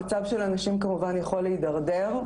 המצב של הנשים כמובן יכול להידרדר.